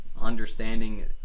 understanding